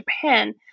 Japan